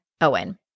Owen